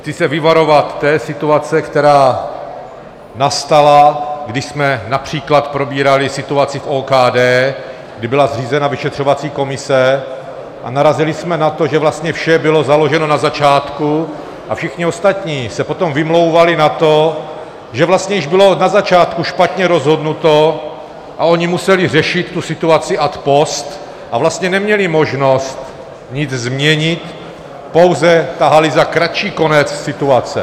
Chci se vyvarovat té situace, která nastala, když jsme například probírali situaci v OKD, kdy byla zřízena vyšetřovací komise a narazili jsme na to, že vlastně vše bylo založeno na začátku, a všichni ostatní se potom vymlouvali na to, že vlastně již bylo na začátku špatně rozhodnuto, oni museli řešit tu situaci ad post a vlastně neměli možnost nic změnit, pouze tahali za kratší konec situace.